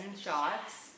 shots